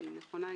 היא נכונה,